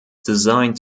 designed